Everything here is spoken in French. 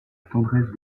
tendresse